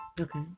Okay